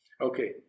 Okay